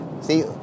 see